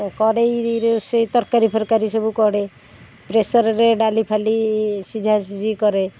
କଡ଼େଇରେ ସେଇ ତରକାରୀ ଫରକାରୀ ସବୁ କରେ ପ୍ରେସର୍ରେ ଡାଲିଫାଲି ସିଝାସିଝି କରେ